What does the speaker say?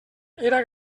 era